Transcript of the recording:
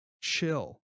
chill